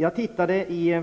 Jag har tittat i